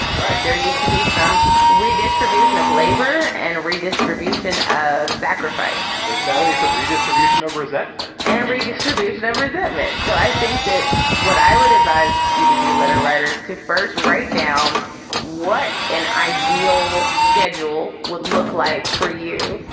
right? there needs to be some redistribution of labor and redistribution of sacrifice there's gotta be some redistribution of resentment and redistribution of resentment so i think that what i would advise you to do, letter writers to first write down what an ideal schedule would look like for you.